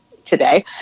today